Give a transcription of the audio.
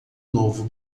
novo